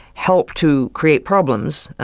helped to create problems,